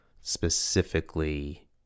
specifically